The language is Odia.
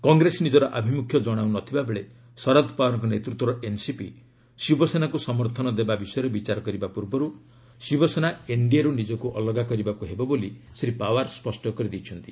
କଂଗ୍ରେସ ନିଜର ଆଭିମୁଖ୍ୟ କଣାଉ ନ ଥିବାବେଳେ ଶରଦ୍ ପାୱାରଙ୍କ ନେତୃତ୍ୱର ଏନ୍ସିପି ଶିବସେନାକୁ ସମର୍ଥନ ଦେବା ବିଷୟରେ ବିଚାର କରିବା ପୂର୍ବରୁ ଶିବସେନା ଏନ୍ଡିଏରୁ ନିଜକୁ ଅଲଗା କରିବାକୁ ହେବ ବୋଲି ଶ୍ରୀ ପାୱାର ସ୍ୱଷ୍ଟ କରିଦେଇଛନ୍ତି